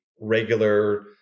regular